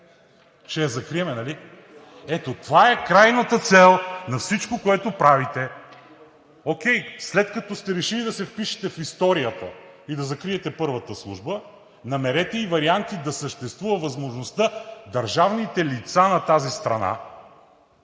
Ще я закрием, нали? Ето това е крайната цел на всичко, което правите. Окей, след като сте решили да се впишете в историята и да закриете първата служба, намерете ѝ варианти да съществува възможността държавните лица на тази страна